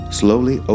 slowly